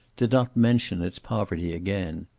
did not mention its poverty again.